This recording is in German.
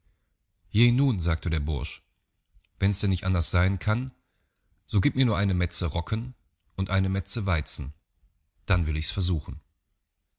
je nun sagte der bursch wenn's denn nicht anders sein kann so gieb mir nur eine metze rocken und eine metze weizen dann will ich's versuchen